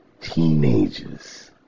teenagers